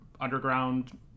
Underground